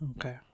Okay